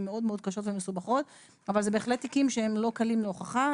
מאוד קשות ומסובכות - אבל אלה בהחלט תיקים שלא קלים להוכחה,